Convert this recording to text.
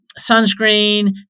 sunscreen